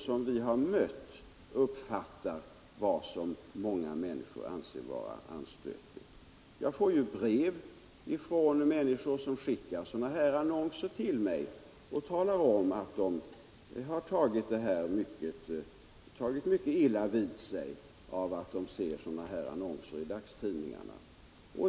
det kristna reaktion vi mött uppfattar vad många människor anser vara anstötligt. z so ENE é eg normsystemet i det Jag får brev från människor som skickar sådana här annonser till mig och Y - svenska samhället talar om att de har tagit mycket illa vid sig av att de ser sådana annonser i dagstidningarna.